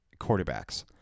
quarterbacks